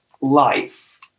Life